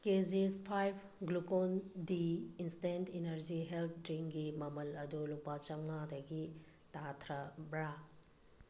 ꯀꯦ ꯖꯤꯁ five Glucon D instant energy health ꯗ꯭ꯔꯤꯡꯒꯤ ꯃꯃꯜ ꯑꯗꯨ ꯂꯨꯄꯥ ꯆꯃꯉꯥꯗꯒꯤ ꯇꯥꯊꯔꯕ꯭ꯔꯥ